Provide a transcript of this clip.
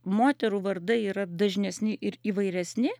moterų vardai yra dažnesni ir įvairesni